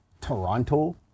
Toronto